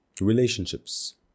relationships